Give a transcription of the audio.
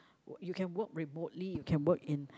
you can work remotely you can work in